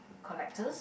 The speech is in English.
collectors